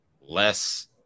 less